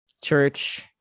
Church